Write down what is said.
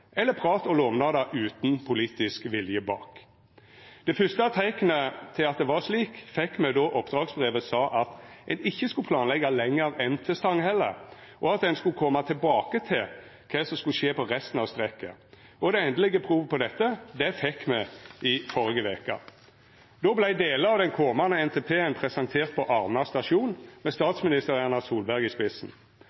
eller prat og lovnader utan politisk vilje bak. Det fyrste teiknet til at det var slik, fekk me då ein i oppdragsbrevet skreiv at ein ikkje skulle planleggja lenger enn til Stanghelle, og at ein skulle koma tilbake til kva som skulle skje på resten av strekket. Det endelege provet på dette fekk me førre veke. Då vart delar av den komande NTP-en presentert på Arna stasjon, med